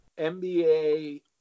nba